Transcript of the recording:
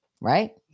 Right